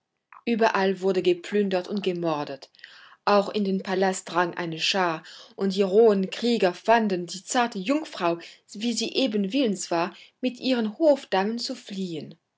überall wurde geplündert und gemordet auch in den palast drang eine schar und die rohen krieger fanden die zarte jungfrau wie sie eben willens war mit ihren hofdamen zu fliehen